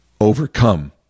overcome